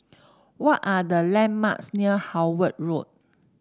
what are the landmarks near Howard Road